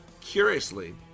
curiously